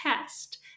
test